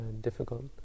difficult